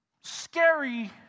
scary